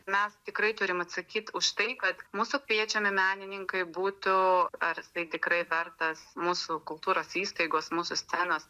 mes tikrai turim atsakyt už tai kad mūsų kviečiami menininkai būtų ar tai tikrai vertas mūsų kultūros įstaigos mūsų scenos